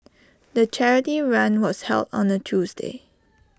the charity run was held on A Tuesday